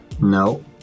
No